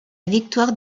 victoire